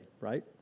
right